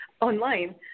online